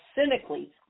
cynically